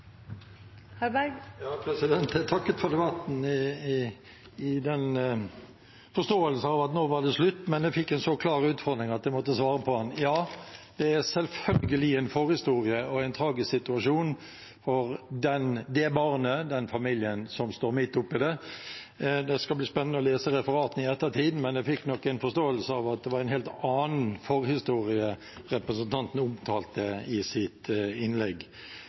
av at nå var det slutt, men jeg fikk en så klar utfordring at jeg måtte svare på den. Ja, det er selvfølgelig en forhistorie og en tragisk situasjon for det barnet og den familien som står midt oppe i det. Det skal bli spennende å lese referatet i ettertid, men jeg fikk nok en forståelse av at det var en helt annen forhistorie representanten omtalte i sitt innlegg.